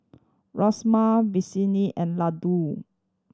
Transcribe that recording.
Rasma and Ladoo